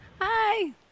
Hi